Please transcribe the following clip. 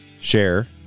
share